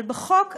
אבל בחוק הזה,